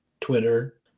Twitter